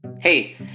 Hey